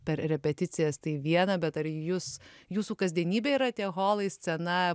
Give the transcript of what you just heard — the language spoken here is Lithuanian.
per repeticijas tai viena bet ar jus jūsų kasdienybė yra tie holai scena